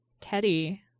Teddy